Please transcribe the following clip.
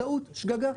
טעות, שגגה.